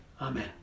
Amen